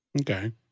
Okay